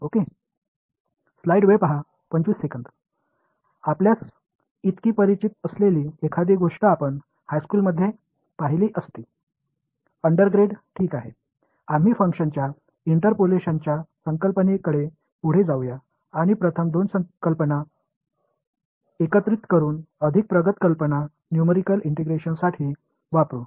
உங்களுக்கு மிகவும் பரிச்சயமான ஒன்று நீங்கள் அதை உயர்நிலைப் பள்ளியில் இளங்கலை பட்டப்படிப்பில் பார்த்திருப்பீர்கள் ஒரு ஃபங்ஷனின் இன்டெர்போலேஷன் யோசனையை நாம் பார்ப்போம் மேலும் நியூமறிகள் இன்டெகிரஷனுக்காக முதல் இரண்டு யோசனைகளை மேம்பட்ட யோசனைகளாக இணைப்போம்